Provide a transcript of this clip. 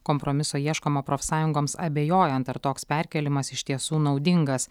kompromiso ieškoma profsąjungoms abejojant ar toks perkėlimas iš tiesų naudingas